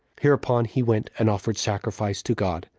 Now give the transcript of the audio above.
hereupon he went and offered sacrifice to god,